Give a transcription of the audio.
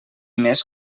més